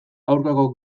aurkako